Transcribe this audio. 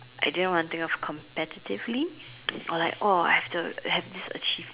I didn't want think of competitively or like oh I have to I have this achieve~